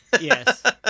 Yes